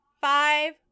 Five